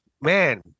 man